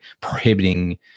prohibiting